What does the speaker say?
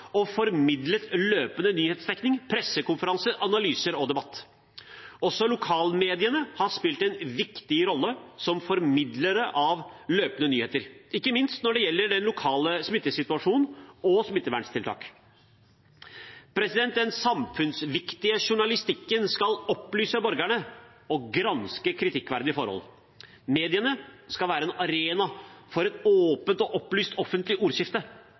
og formidlet løpende nyhetsdekning, pressekonferanser, analyser og debatt. Også lokalmediene har spilt en viktig rolle som formidlere av løpende nyheter, ikke minst når det gjelder den lokale smittesituasjonen og smitteverntiltak. Den samfunnsviktige journalistikken skal opplyse borgerne og granske kritikkverdige forhold. Mediene skal være en arena for et åpent og opplyst offentlig ordskifte.